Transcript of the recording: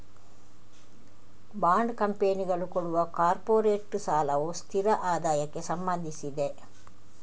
bond ಕಂಪನಿಗಳು ಕೊಡುವ corporate ಸಾಲವು ಸ್ಥಿರ ಆದಾಯಕ್ಕೆ ಸಂಬಂಧಿಸಿದೆ